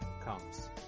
comes